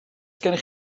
gennych